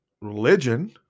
religion